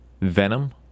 Venom